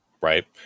Right